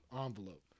envelope